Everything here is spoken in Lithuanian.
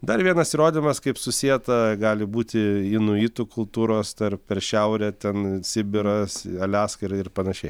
dar vienas įrodymas kaip susieta gali būti inuitų kultūros tar per šiaurę ten sibiras aliaska ir ir panašiai